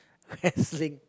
wrestling